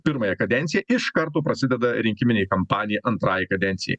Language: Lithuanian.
pirmąją kadenciją iš karto prasideda rinkiminė kampanija antrajai kadencijai